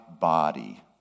body